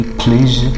please